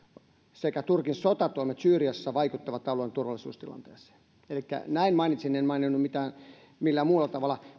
sekä turkin sotatoimet syyriassa vaikuttavat alueen turvallisuustilanteeseen elikkä näin mainitsin en maininnut mitään millään muulla tavalla